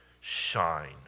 shine